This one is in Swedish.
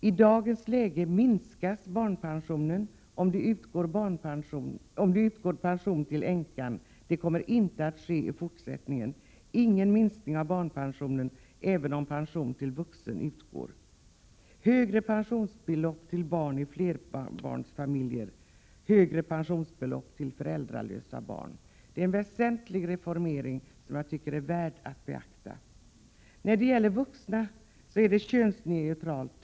I dagens läge minskas barnpensionen, om pension utgår till änkan. I fortsättningen sker ingen minskning av barnpensionen, även om pension till vuxen utgår. Högre pensionsbelopp utgår till barn i flerbarnsfamiljer. Högre pensionsbelopp utgår till föräldralösa barn. Det är en väsentlig reformering, som jag tycker är värd att beakta. När det gäller vuxna är pensionssystemet könsneutralt.